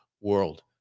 world